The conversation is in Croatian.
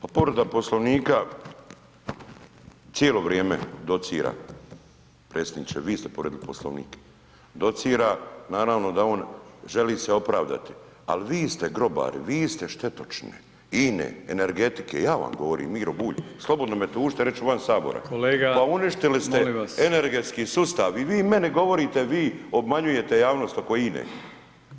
Pa povreda Poslovnika, cijelo vrijeme docira, potpredsjedniče, vi ste povrijedili Poslovnik, docira, naravno da on želi se opravdati ali vi ste grobari, vi ste štetočine INA-e, energetike, ja vam govorim, Miro Bulj, slobodno me tužite, reći ću van Sabora, [[Upadica Brkić: Kolega, molim vas.]] pa uništili ste energetski sustav i vi meni govorite, vi obmanjujete javnost oko INA-e.